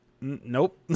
nope